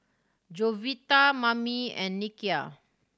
Jovita Mammie and Nikia